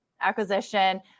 acquisition